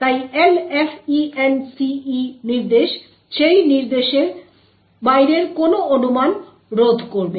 তাই LFENCE নির্দেশ সেই নির্দেশের বাইরের কোনো অনুমান রোধ করবে